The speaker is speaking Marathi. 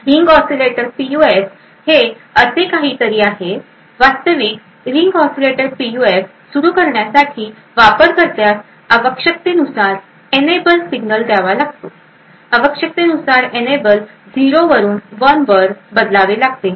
रिंग ऑसीलेटर पीयूएफ हे असे काहीतरी आहे वास्तविक रिंग ऑसीलेटर पीयूएफ सुरू करण्यासाठी वापरकर्त्यास आवश्यकतेनुसार इनएबल सिग्नल द्यावा लागेल आवश्यकतेनुसार इनएबल 0 वरुन 1 वर बदलावे लागते